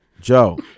Joe